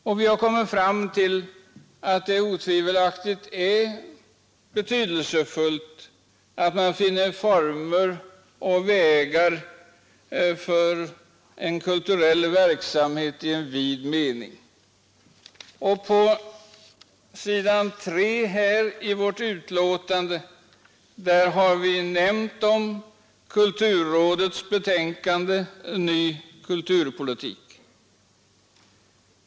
Vi har därför kommit fram till att det är betydelsefullt att man finner former och vägar för kulturell verksamhet i vid mening. På s.3 i kulturutskottets betänkande har vi omnämnt kulturrådets betänkande Ny kulturpolitik.